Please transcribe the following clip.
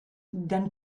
dann